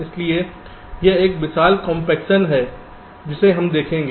इसलिए यह एक विशाल कॉम्पेक्शन है जिसे हम देखेंगे